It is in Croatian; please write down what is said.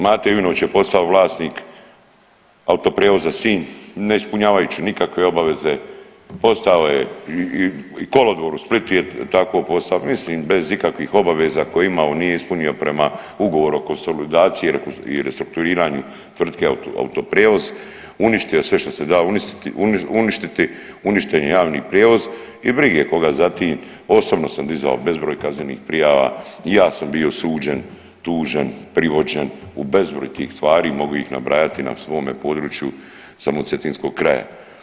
Mate Jujnović je postao vlasnik Autoprijevoza Sinj, ne ispunjavajući nikakve obaveze postao je i kolodvor u Splitu je tako postao, mislim bez ikakvih obaveza koje je imao nije ispunio prema Ugovoru o konsolidaciji i restrukturiranju tvrtke Autoprijevoz, uništio sve što se da uništiti, uništen je javni prijevoz i brige koga za tim, osobno sam dizao bezbroj kaznenih prijava i ja sam bio suđen, tužen, privođen u bezbroj tih stvari, mogu ih nabrajati na svome području samo cetinskog kraja.